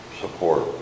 support